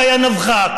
קאיה נבחה,